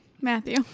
Matthew